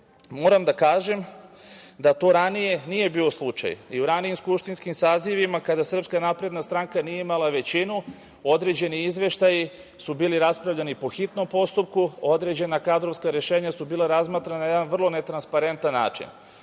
moram da kažem da to ranije nije bio slučaj, i u ranijim skupštinskim sazivima kada SNS nije imala većinu, određeni izveštaji su bili raspravljani po hitnom postupku, određena kadrovska rešenja su bila razmatrana na jedan vrlo netransparentan način,